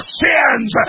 sins